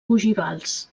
ogivals